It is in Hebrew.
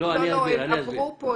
לא, הן עברו פה.